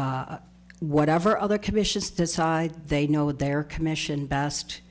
but whatever other commissions decide they know what their commission bassed